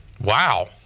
wow